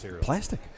Plastic